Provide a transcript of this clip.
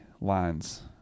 lines